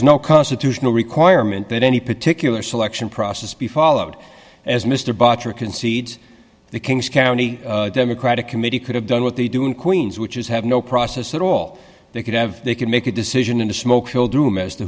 there's no constitutional requirement that any particular selection process be followed as mr boucher concedes the king's county democratic committee could have done what they do in queens which is have no process at all they could have they could make a decision in a smoke filled room as to